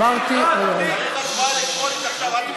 אמרת שניגשים להצבעה.